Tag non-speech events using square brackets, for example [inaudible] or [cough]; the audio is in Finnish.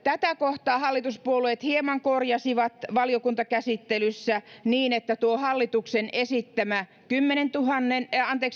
[unintelligible] tätä kohtaa hallituspuolueet hieman korjasivat valiokuntakäsittelyssä niin että tuo hallituksen esittämä tuhannen